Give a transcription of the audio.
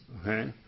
Okay